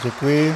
Děkuji.